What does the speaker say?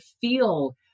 feel